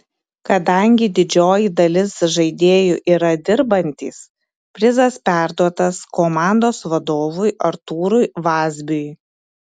kadangi didžioji dalis žaidėjų yra dirbantys prizas perduotas komandos vadovui artūrui vazbiui